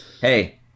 Hey